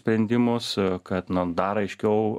sprendimus kad na dar aiškiau